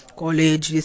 college